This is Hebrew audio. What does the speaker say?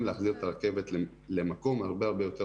להחזיר את הרכבת למקום הרבה יותר טוב,